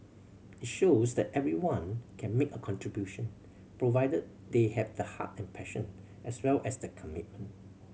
it shows that everyone can make a contribution provided they have the heart and passion as well as the commitment